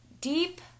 deep